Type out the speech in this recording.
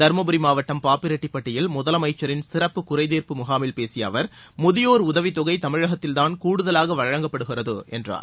தர்மபுரி மாவட்டம் பாப்பிரெட்டிப்பட்டியில் முதலமைச்சரின் சிறப்பு குறைதீர்ப்பு முகாமில் பேசிய அவர் முதியோர் உதவித் தொகை தமிழகத்தில்தான் கூடுதலாக வழங்கப்படுகிறது என்றார்